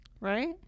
Right